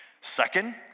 Second